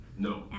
No